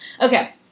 Okay